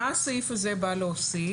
מה הסעיף הזה בא להוסיף?